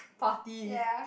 party